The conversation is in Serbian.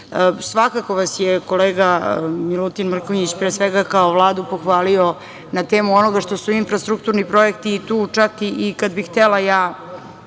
nastavi. Svakako vas je kolega Milutin Mrkonjić, pre svega kao Vladu, pohvalio na temu onoga što su infrastrukturni projekti i tu čak i kada bih htela, ja